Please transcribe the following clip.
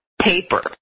paper